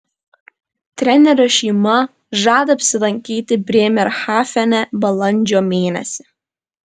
trenerio šeima žada apsilankyti brėmerhafene balandžio mėnesį